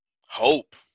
hope